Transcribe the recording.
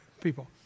People